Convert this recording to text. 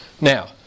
Now